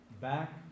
Back